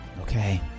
Okay